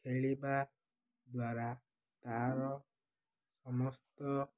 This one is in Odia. ଖେଳିବା ଦ୍ୱାରା ତା'ର ସମସ୍ତ